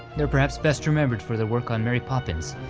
they're perhaps best remembered for their work on mary poppins,